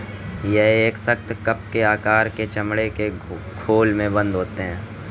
यह एक सख्त, कप के आकार के चमड़े के खोल में बन्द होते हैं